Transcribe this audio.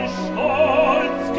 stolz